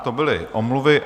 To byly omluvy.